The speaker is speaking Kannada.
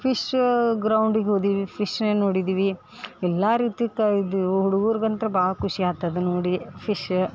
ಫಿಶ್ಶ ಗ್ರೌಂಡಿಗೆ ಹೋದ್ವಿ ಫಿಶ್ಶನ್ನ ನೋಡಿದ್ವಿ ಎಲ್ಲ ರೀತಿಯ ಇದು ಹುಡ್ಗುರ್ಗೆ ಅಂತೂ ಭಾಳ ಖುಷಿ ಆತು ಅದು ನೋಡಿ ಫಿಶ್ಶ